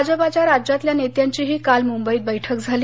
भाजपाच्या राज्यातल्या नेत्यांचीही काल मुंबईत बैठक झाली